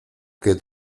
que